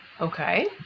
Okay